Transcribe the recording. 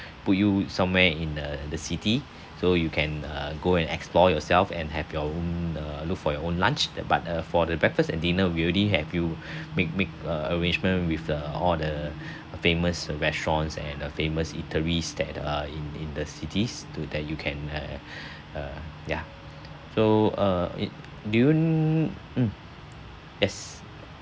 put you somewhere in a in the city so you can uh go and explore yourself and have your own uh look for your own lunch but uh for the breakfast and dinner we already have you make make uh arrangement with the all the famous restaurants and a famous eateries that are in in the cities to that you can uh uh ya so uh it do you mm yes